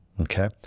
Okay